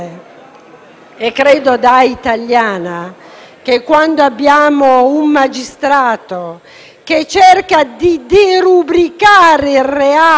a fronte di un magistrato che cerca di derubricare il reato di stupro, come nel caso di Desirée,